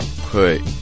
put